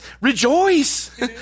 rejoice